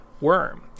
worm